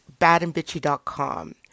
badandbitchy.com